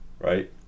right